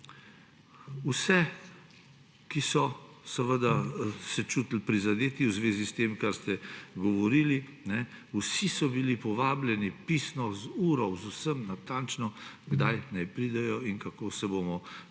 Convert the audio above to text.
Vsi, ki so se čutili prizadete v zvezi s tem, kar ste govorili, so bili povabljeni pisno, z uro, z vsem natančno, kdaj naj pridejo, da pridejo